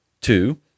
Two